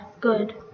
good